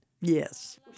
Yes